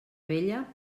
vella